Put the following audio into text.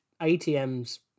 ATM's